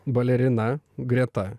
balerina greta